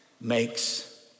makes